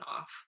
off